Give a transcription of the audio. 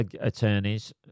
attorneys